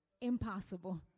Impossible